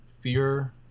Fear